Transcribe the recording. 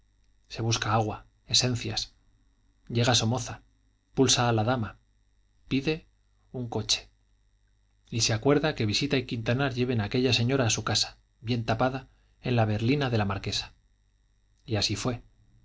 se busca agua esencias llega somoza pulsa a la dama pide un coche y se acuerda que visita y quintanar lleven a aquella señora a su casa bien tapada en la berlina de la marquesa y así fue